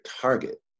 target